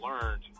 learned